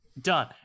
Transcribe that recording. Done